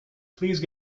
please